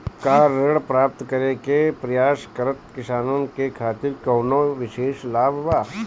का ऋण प्राप्त करे के प्रयास करत किसानन के खातिर कोनो विशेष लाभ बा